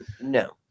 No